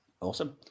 awesome